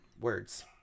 Words